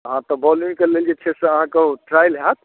हँ तऽ बॉलिंगके लेल जे छै से अहाँके ओ ट्रायल हैत